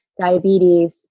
diabetes